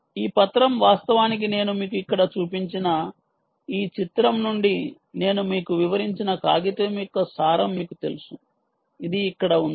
ఈ పత్రం వాస్తవానికి నేను మీకు ఇక్కడ చూపించిన ఈ చిత్రం నుండి నేను మీకు వివరించిన కాగితం యొక్క సారం మీకు తెలుసు ఇది ఇక్కడ ఉంది